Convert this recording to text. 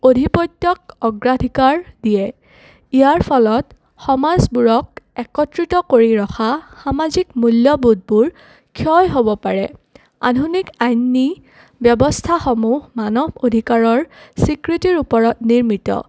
অধিপত্যক অগ্ৰাধিকাৰ দিয়ে ইয়াৰ ফলত সমাজবোৰক একত্ৰিত কৰি ৰখা সামাজিক মূল্যবোধবোৰ ক্ষয় হ'ব পাৰে আধুনিক আইনী ব্যৱস্থাসমূহ মানৱ অধিকাৰৰ স্বীকৃতিৰ ওপৰত নিৰ্মিত